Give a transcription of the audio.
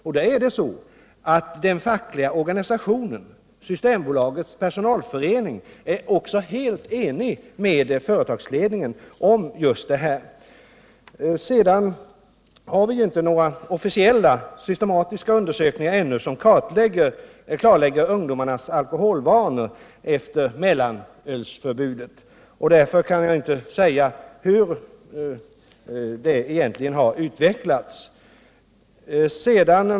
Det förtjänar påpekas att den fackliga organisationen, systembolagets personalförening, är helt enig med företagsledningen om just det här. Vi har ju ännu inte några officiella, systematiska undersöknigar som klarlägger ungdomarnas alkoholvanor efter mellanölsförbudet. Därför kan jag inte heller säga någonting om utvecklingen.